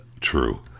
true